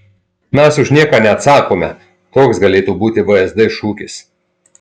mes už nieką neatsakome toks galėtų būti vsd šūkis